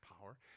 power